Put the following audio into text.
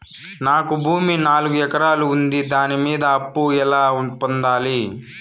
నాకు భూమి నాలుగు ఎకరాలు ఉంది దాని మీద అప్పు ఎలా పొందాలి?